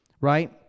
right